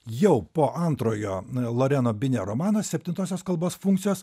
jau po antrojo loreno bine romano septintosios kalbos funkcijos